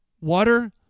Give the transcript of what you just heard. water